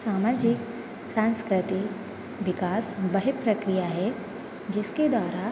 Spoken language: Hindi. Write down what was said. सामाजिक संस्कृति विकास वही प्रक्रिया है जिसके द्वारा